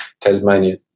Tasmania